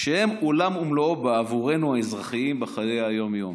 שהם עולם ומלואו בעבורנו, האזרחים, בחיי היום-יום.